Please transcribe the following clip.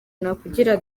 nakugira